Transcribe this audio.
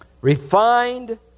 refined